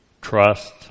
Trust